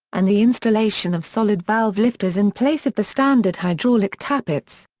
and the installation of solid valve lifters in place of the standard hydraulic tappets.